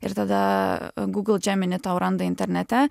ir tada google gemini tau randa internete